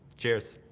cheers.